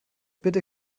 bitte